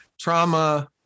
trauma